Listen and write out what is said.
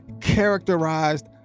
characterized